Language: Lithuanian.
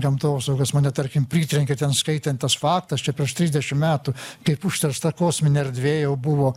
gamtosaugos mane tarkim pritrenkė ten skaitant tas faktas čia prieš trisdešim metų kaip užteršta kosminė erdvė jau buvo